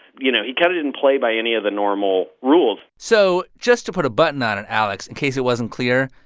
you know, he kind of didn't play by any of the normal rules so just to put a button on it, alex, in case it wasn't clear,